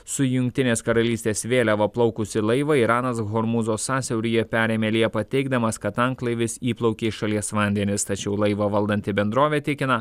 su jungtinės karalystės vėliava plaukusį laivą iranas hormūzo sąsiauryje perėmė liepą teigdamas kad tanklaivis įplaukė į šalies vandenis tačiau laivą valdanti bendrovė tikina